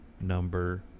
number